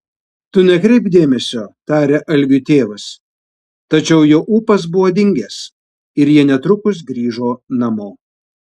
tu nekreipk dėmesio tarė algiui tėvas tačiau jo ūpas buvo dingęs ir jie netrukus grįžo namo